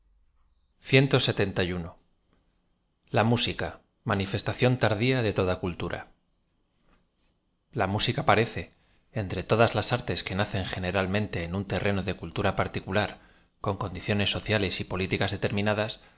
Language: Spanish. filo sfica l a música manifestación tardía de toda cultura l a msica parece entre todas las artes que nacen generalmente en un terreno de cultura particular con condiciones sociales y políticas determinadas